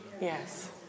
Yes